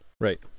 right